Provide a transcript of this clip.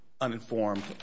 uninformed